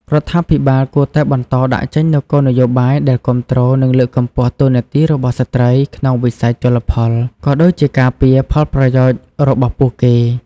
រដ្ឋាភិបាលគួរតែបន្តដាក់ចេញនូវគោលនយោបាយដែលគាំទ្រ និងលើកកម្ពស់តួនាទីរបស់ស្ត្រីក្នុងវិស័យជលផល ក៏ដូចជាការពារផលប្រយោជន៍របស់ពួកគេ។